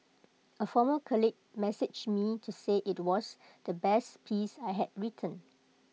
A former colleague messaged me to say IT was the best piece I had written